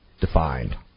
defined